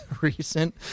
recent